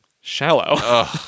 shallow